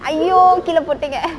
!aiyo! கீழ போட்டீங்க:kizha potingga